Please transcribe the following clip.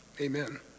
Amen